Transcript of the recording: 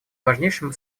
важнейшим